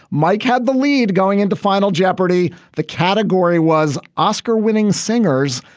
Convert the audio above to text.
mike had the lead going into final jeopardy. the category was oscar winning singers.